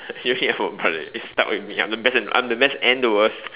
you hate your brother you're stuck with me I'm the best in I'm the best and the worst